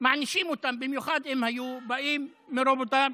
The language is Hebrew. מענישים אותם, במיוחד אם היו באים מרוב אותם,